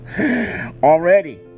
already